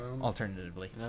alternatively